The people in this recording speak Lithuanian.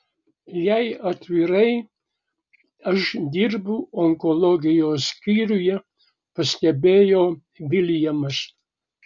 jei atvirai aš dirbu onkologijos skyriuje pastebėjo viljamas